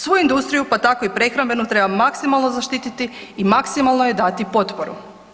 Svu industriju pa tako i prehrambenu treba maksimalno zaštititi i maksimalno joj dati potporu.